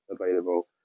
available